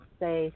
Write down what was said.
say